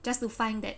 just to find that